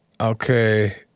Okay